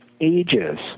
ages